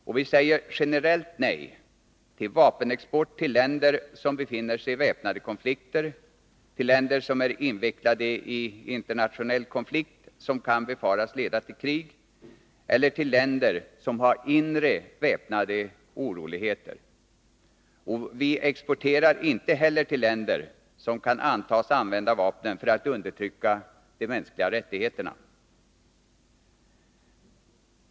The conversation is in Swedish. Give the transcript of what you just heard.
Och vi säger generellt nej till vapenexport till länder som befinner sig i väpnade konflikter, till länder som är invecklade i internationell konflikt som kan befaras leda till krig, eller till länder som har inre väpnade oroligheter. Vi exporterar inte heller till länder som kan antas använda vapnen för att undertrycka mänskliga rättigheter.